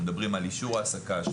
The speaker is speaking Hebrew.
שמדברים על אישור העסקה,